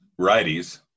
righties